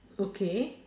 okay